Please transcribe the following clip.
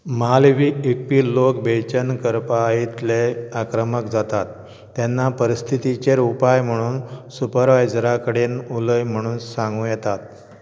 म्हाल वेएपी लोक बेचैन करपा इतले आक्रमक जातात तेन्ना परिस्थितीचेर उपाय म्हणून सुपरवायझरा कडेन उलय म्हणून सांगू येतात